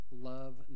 love